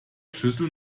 schüssel